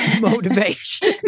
motivation